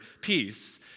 peace